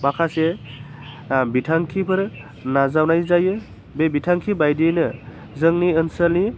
माखासे बिथांखिफोर नाजावनाय जायो बे बिथांखि बायदियैनो जोंनि ओनसोलनि